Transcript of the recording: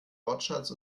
wortschatz